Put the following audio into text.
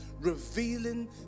revealing